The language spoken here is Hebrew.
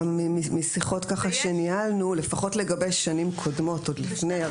גם משיחות שניהלנו לפחות לגבי שנים קודמות עוד לפני.